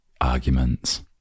arguments